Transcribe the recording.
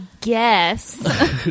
guess